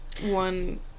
one